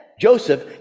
Joseph